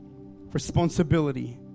responsibility